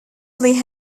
probably